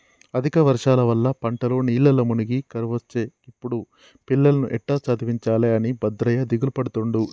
అధిక వర్షాల వల్ల పంటలు నీళ్లల్ల మునిగి కరువొచ్చే గిప్పుడు పిల్లలను ఎట్టా చదివించాలె అని భద్రయ్య దిగులుపడుతుండు